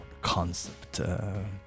concept